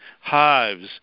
hives